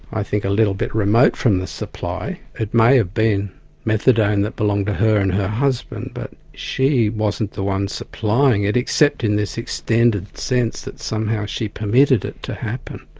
i think, a little bit remote from the supply. it may have been methadone that belonged to her and her husband, but she wasn't the one supplying it, except in this extended sense that somehow she permitted it to happen.